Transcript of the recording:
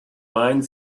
mind